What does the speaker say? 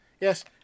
Yes